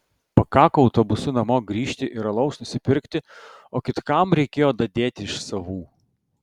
pakako autobusu namo grįžti ir alaus nusipirkti o kitkam reikėjo dadėti iš savų